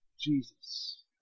Jesus